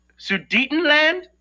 Sudetenland